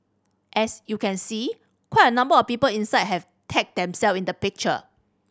as you can see quite a number of people inside have tagged themself in the picture